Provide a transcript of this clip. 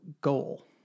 goal